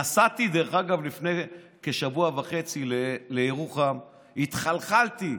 דרך אגב, נסעתי לפני כשבוע וחצי לירוחם, התחלחלתי,